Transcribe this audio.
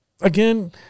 Again